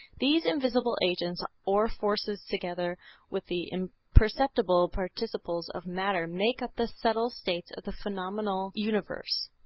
these invisible agents or forces together with the imperceptible particles of matter make up the subtle states of the phenomenal universe.